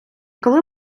коли